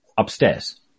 Upstairs